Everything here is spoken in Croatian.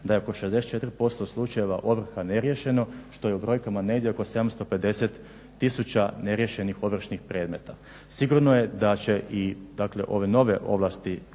da je oko 64% slučajeva ovrha neriješeno što je u brojkama negdje oko 750000 neriješenih ovršnih predmeta. Sigurno je da će i dakle ove nove ovlasti